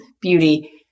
beauty